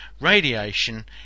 radiation